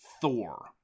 Thor